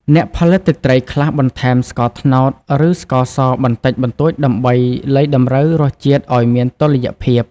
អ្នកផលិតទឹកត្រី ខ្លះបន្ថែម ស្ករត្នោត ឬស្ករសបន្តិចបន្តួចដើម្បីលៃតម្រូវរសជាតិឱ្យមានតុល្យភាព។